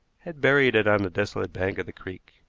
had buried it on the desolate bank of the creek,